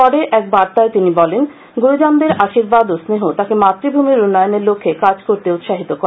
পরে তিনি এক বার্তায় বলেন গুরুজনদের আশির্বাদ ও স্নেহ তাঁকে মাতৃভূমির উন্নয়নের লক্ষ্যে কাজ করতে উৎসাহিত করে